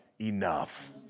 enough